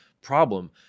problem